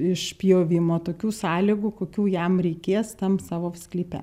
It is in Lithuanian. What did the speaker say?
išpjovimo tokių sąlygų kokių jam reikės tam savo sklype